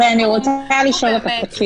--- את אומרת שאם יש אכיפה בתל-אביב